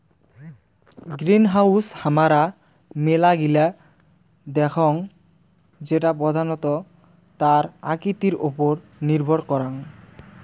greenhouse হামারা মেলা গিলা দেখঙ যেটা প্রধানত তার আকৃতির ওপর নির্ভর করাং